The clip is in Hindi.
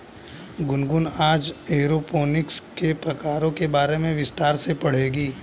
गुनगुन आज एरोपोनिक्स के प्रकारों के बारे में विस्तार से पढ़ेगी